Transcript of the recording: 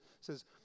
says